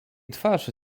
twarzy